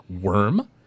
Worm